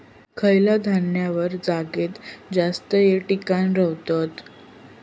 खयला धान्य वल्या जागेत जास्त येळ टिकान रवतला?